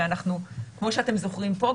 וכמו שאתם זוכרים פה,